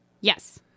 Yes